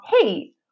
hey